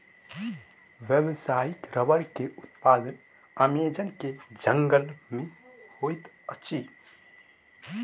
व्यावसायिक रबड़ के उत्पादन अमेज़न के जंगल में होइत अछि